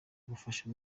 gufasha